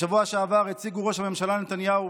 בשבוע שעבר הציגו ראש הממשלה נתניהו